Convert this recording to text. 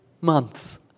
months